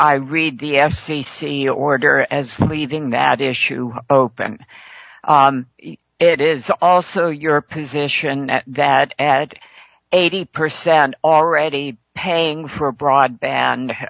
i read the f c c order as leaving that issue open it is also your position that at eighty percent already paying for broadband